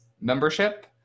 membership